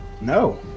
No